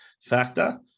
factor